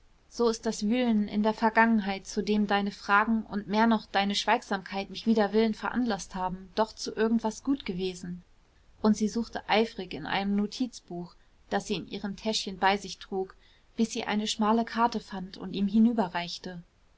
so ist das wühlen in der vergangenheit zu dem deine fragen und mehr noch deine schweigsamkeit mich wider willen veranlaßt haben doch zu irgendwas gut gewesen und sie suchte eifrig in einem notizbuch das sie in ihrem täschchen bei sich trug bis sie eine schmale karte fand und ihm